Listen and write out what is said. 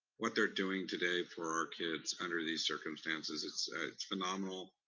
what they're doing today for our kids under these circumstances, it's it's phenomenal.